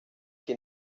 die